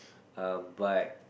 um but